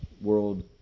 world